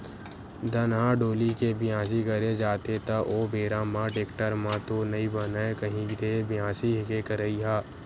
धनहा डोली के बियासी करे जाथे त ओ बेरा म टेक्टर म तो नइ बनय कही दे बियासी के करई ह?